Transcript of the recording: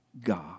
God